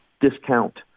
discount